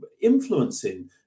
influencing